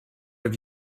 have